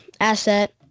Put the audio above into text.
asset